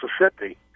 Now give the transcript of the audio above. Mississippi